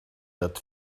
that